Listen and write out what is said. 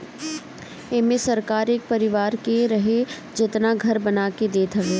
एमे सरकार एक परिवार के रहे जेतना घर बना के देत हवे